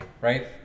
Right